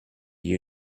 you